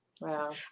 Wow